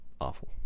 awful